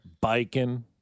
Biking